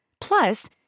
Plus